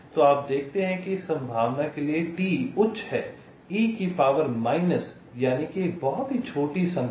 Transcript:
तो आप देखते हैं कि इस संभावना के लिए T उच्च है e की पावर माइनस यानि कि एक बहुत छोटी संख्या